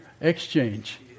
exchange